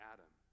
Adam